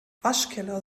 waschkeller